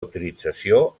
utilització